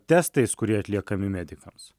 testais kurie atliekami medikams